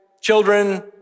children